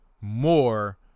More